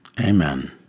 Amen